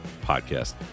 Podcast